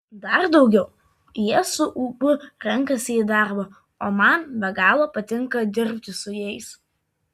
dar daugiau jie su ūpu renkasi į darbą o man be galo patinka dirbti su jais